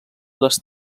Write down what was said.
les